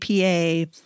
apa